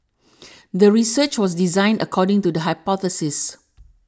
the research was designed according to the hypothesis